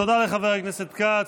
תודה רבה לחבר הכנסת כץ.